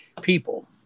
people